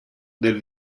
del